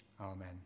Amen